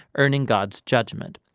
earning god's judgment.